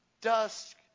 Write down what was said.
dusk